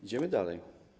Idziemy dalej.